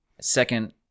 Second